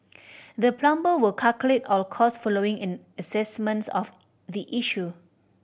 the plumber will calculate all costs following an assessments of the issue